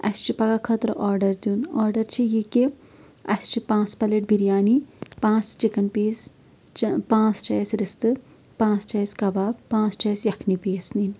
اَسہِ چھُ پَگہہ خٲطرٕ آرڈر دیُن آرڈر چھُ یہِ کہِ اَسہِ چھِ پانٛژھ پَلیٹ بِریانی پانٛژھ چِکن پیٖس پانٛژھ چھِ اسہِ رِستہٕ پانٛژھ چھ اسہِ کَباب پانٛژھ چھِ اَسہِ یخنہِ پیٖس نِنۍ